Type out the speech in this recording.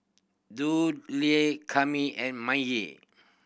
Dudley Kami and Maye